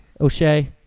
O'Shea